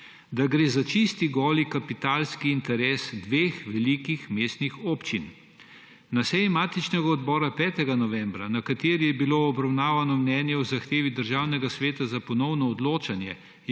»da gre za čisti goli kapitalski interes dveh velikih mestnih občin.« Na seji matičnega odbora 5. novembra, na kateri je bilo obravnavo mnenje o zahtevi Državnega sveta za ponovno odločanje,